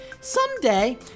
someday